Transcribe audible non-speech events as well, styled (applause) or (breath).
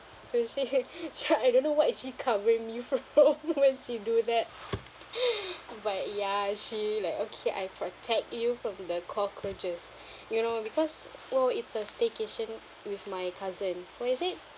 so she (laughs) tried I don't know what is she covering me from (laughs) when she do that (breath) but ya she like okay I protect you from the cockroaches (breath) you know because well it's a staycation with my cousin what is it